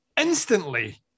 Instantly